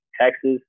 Texas